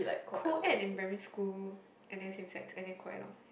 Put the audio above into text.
co ed in primary school and then same sex and then co ed lah